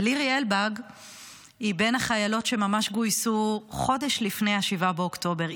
ולירי אלבג היא בין החיילות שגויסו ממש חודש לפני 7 באוקטובר.